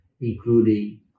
including